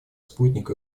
спутник